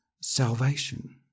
salvation